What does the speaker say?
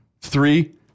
Three